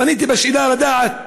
פניתי בשאלה כדי לדעת